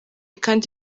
kandi